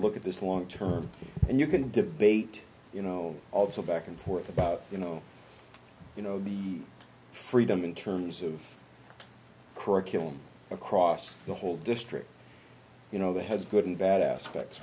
look at this long term and you can debate you know also back and forth about you know you know the freedom in terms of curriculum across the whole district you know that has good and bad aspects